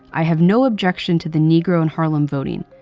i have no objection to the negro in harlem voting.